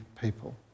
people